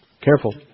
Careful